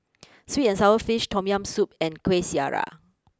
sweet and Sour Fish Tom Yam Soup and Kueh Syara